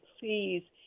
please